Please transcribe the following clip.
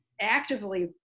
actively